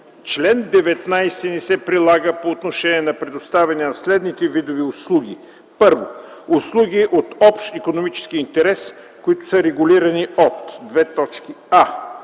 Член 19 не се прилага по отношение на предоставяне на следните видове услуги: 1. услуги от общ икономически интерес, които са регулирани от: а)